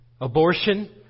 Abortion